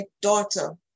daughter